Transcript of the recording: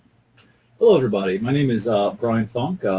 ah everybody. my name is ah bryan funk.